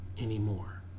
anymore